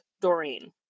Doreen